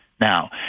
now